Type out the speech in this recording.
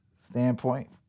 standpoint